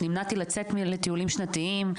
נמנעתי לצאת לטיולים שנתיים,